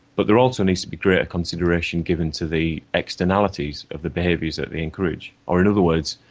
but there also needs to be greater consideration given to the externalities of the behaviours that they encourage. or in other words,